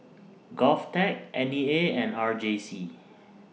Govtech N E A and R J C